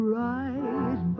right